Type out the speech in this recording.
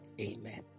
Amen